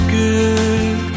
good